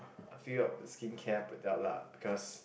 a few of the skin care product lah because